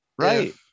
Right